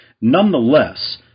Nonetheless